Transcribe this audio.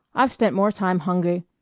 i've spent more time hungry